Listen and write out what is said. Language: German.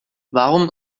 warum